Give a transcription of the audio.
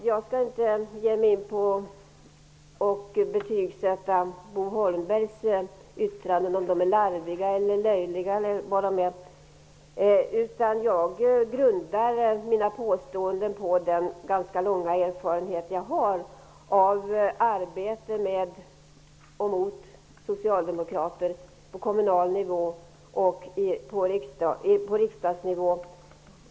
Jag skall inte betygsätta Bo Holmbergs yttranden genom att säga att de är larviga, löjliga osv. I stället grundar jag mina påståenden på den ganska långa erfarenhet som jag har av arbete med och mot socialdemokrater på kommunal nivå och på riksnivå.